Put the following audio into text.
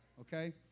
Okay